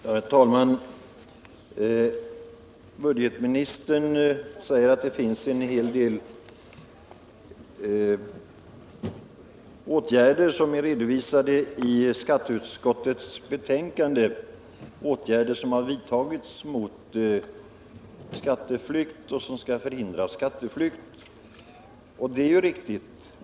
Herr talman! Budgetministern säger att det finns en hel del åtgärder som är redovisade i skatteutskottets betänkande, åtgärder som har vidtagits mot skatteflykt och som skall förhindra skatteflykt. Och det är riktigt.